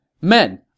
Men